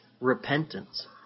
repentance